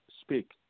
speak